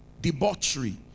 debauchery